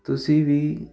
ਤੁਸੀਂ ਵੀ